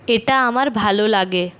এটা আমার ভালো লাগে